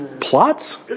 plots